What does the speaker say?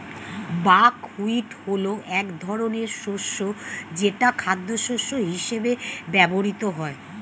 buckwheat হলো এক ধরনের শস্য যেটা খাদ্যশস্য হিসেবে ব্যবহৃত হয়